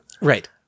Right